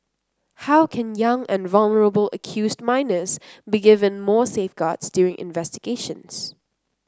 how can young and vulnerable accused minors be given more safeguards during investigations